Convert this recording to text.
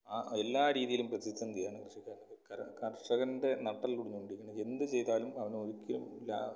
ആ എല്ലാ രീതിയിലും പ്രതിസന്ധിയാണ് കൃഷിക്കാരന് കർഷകൻ്റെ നട്ടെല്ല് ഒടിഞ്ഞുകൊണ്ടിരിക്കുകയാണ് എന്ത് ചെയ്താലും അവനൊരിക്കലും ലാ